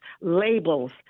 labels